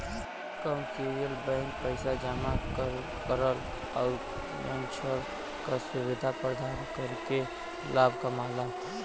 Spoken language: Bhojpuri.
कमर्शियल बैंक पैसा जमा करल आउर ऋण क सुविधा प्रदान करके लाभ कमाला